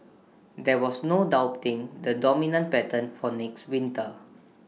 there was no doubting the dominant pattern for next winter